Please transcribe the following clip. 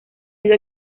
sido